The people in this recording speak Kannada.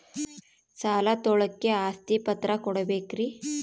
ಸಾಲ ತೋಳಕ್ಕೆ ಆಸ್ತಿ ಪತ್ರ ಕೊಡಬೇಕರಿ?